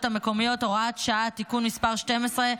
המקומיות (הוראת שעה) (תיקון מס' 12),